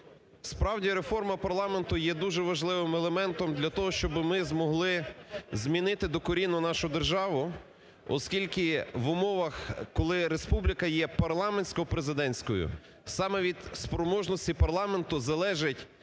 Справді, реформа парламенту є дуже важливим елементом для того, щоб ми змогли змінити докорінно нашу державу. Оскільки в умовах, коли республіка є парламентсько-президентською, саме від спроможності парламенту залежить